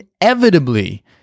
Inevitably